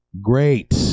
Great